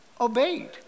obeyed